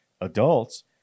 adults